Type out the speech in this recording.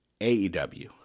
AEW